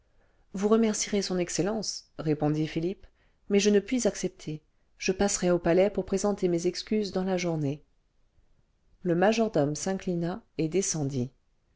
vous remercierez son excellence répondit philippe mais je ne puis accepter je passerai au palais pour présenter mes excuses dans la journée le majordome s'inclina et descendit